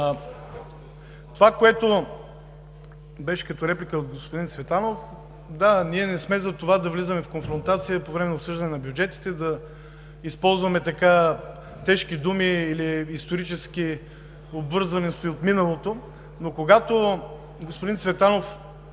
Това, което беше като реплика от господин Цветанов, да, ние не сме за това да влизаме в конфронтация по време на обсъждане на бюджета, да използваме тежки думи или исторически обвързаности от миналото. Но когато, господин Цветанов,